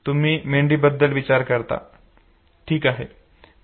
तुम्ही मेंढीबद्दल विचार करता ठीक आहे